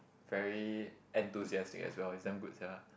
very enthusiastic as well it's damn good sia